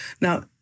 Now